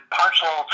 partial